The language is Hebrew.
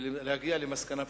ולהגיע למסקנה פשוטה: